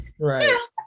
Right